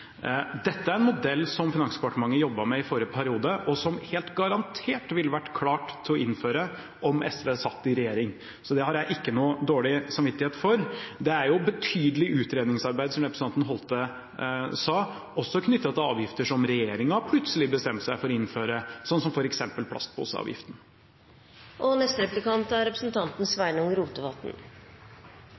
Dette er en modell som Finansdepartementet jobbet med i forrige periode, og som helt garantert ville vært klar til å innføres om SV satt i regjering nå. Så det har jeg ikke dårlig samvittighet for. Det er et betydelig utredningsarbeid – som representanten Holthe sa – også knyttet til avgifter som regjeringen plutselig har bestemt seg for å innføre, f.eks. plastposeavgiften. Eg synest det er